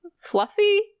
fluffy